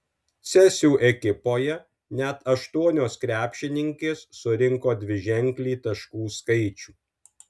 cėsių ekipoje net aštuonios krepšininkės surinko dviženklį taškų skaičių